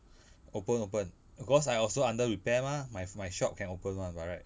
open open because I also under repair mah my my shop can open [one] by right